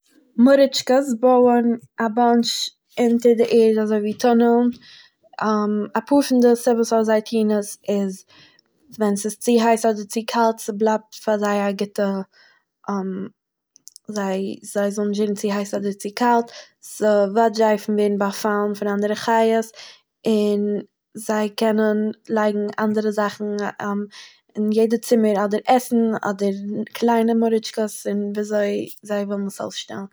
מארעטשקעס בויען א באוטנש אזוי אונטער די ערד אזוי ווי טונעלס, אפאהר פון די סיבות פארוואס זיי טוהן עס איז ווען ס'איז צו הייס אדער צו קאלט ס'בלייבט פאר זיי א גוטע זיי זיי זאלן נישט ווערן צו הייס אדער צו קאלט, ס'וואטשט זיי פון ווערן באפאלן דורך אנדערע חיות און זיי קענען לייגן אנדערע זאכן אין יעדער צומער אדער עסן אדער קליינע מארעטשקעס אדער ווי אזוי זיי ווילן עס אויסשטעלן.